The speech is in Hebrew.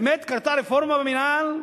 באמת קרתה רפורמה במינהל?